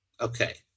Okay